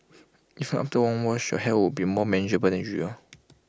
even after one wash your hair would be more manageable than usual